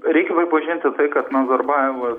reikia pripažinti tai kad nazarbajevas